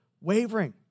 wavering